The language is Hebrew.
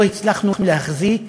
לא הצלחנו להחזיק